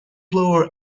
blower